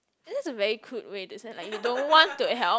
it is a very crude way to say like you don't want to help